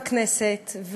בכנסת,